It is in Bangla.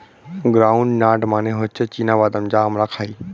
গ্রাউন্ড নাট মানে হচ্ছে চীনা বাদাম যা আমরা খাই